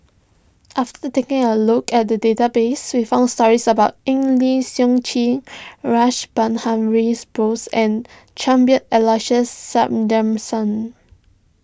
after taking a look at the database we found stories about Eng Lee Seok Chee Rash Behari's Bose and Cuthbert Aloysius